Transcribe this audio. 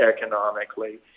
economically